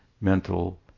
mental